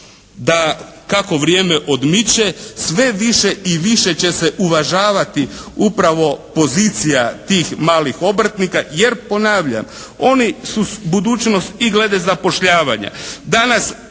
da kako vrijeme odmiče sve više i više će se uvažavati upravo pozicija tih malih obrtnika, jer ponavljam, oni su budućnost i glede zapošljavanja.